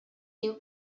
diu